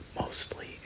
mostly